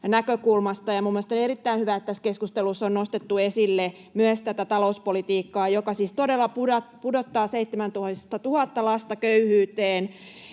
näkökulmasta. Mielestäni on erittäin hyvä, että tässä keskustelussa on nostettu esille myös tätä talouspolitiikkaa, joka siis todella pudottaa 17 000 lasta köyhyyteen.